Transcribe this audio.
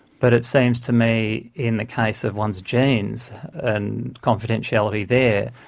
but it seems to me, in the case of one's genes, and confidentiality there,